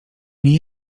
nie